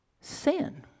sin